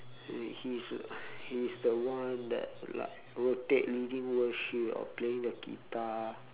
and he is the he's the one that like rotate leading worship or playing the guitar